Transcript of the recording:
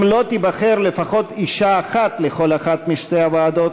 אם לא תיבחר לפחות אישה אחת לכל אחת משתי הוועדות,